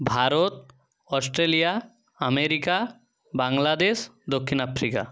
Bharat Australia America Bangladesh দক্ষিণ Africa